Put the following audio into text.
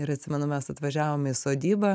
ir atsimenu mes atvažiavom į sodybą